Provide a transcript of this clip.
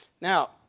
Now